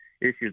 issues